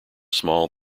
small